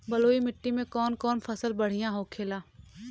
बलुई मिट्टी में कौन कौन फसल बढ़ियां होखेला?